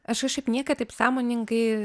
aš kažkaip niekad taip sąmoningai